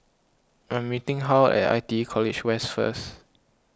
I am meeting Hal at I T E College West first